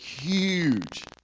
huge